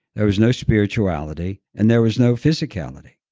there was no spirituality and there was no physicality.